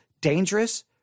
dangerous